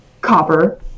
copper